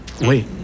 Wait